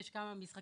יש כמה משחקים,